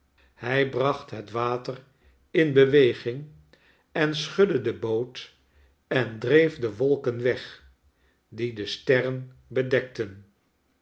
hij bracht het water in beweging en schudde de boot en dreef de wolken weg die de sterren bedekten